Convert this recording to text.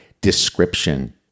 description